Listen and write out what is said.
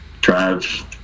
Trav